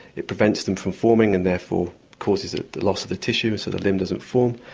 it prevents them from forming and therefore causes the loss of the tissue, so the limb doesn't form.